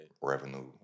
revenue